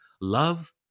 love